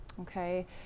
okay